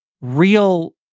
real